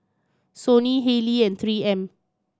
Sony Haylee and Three M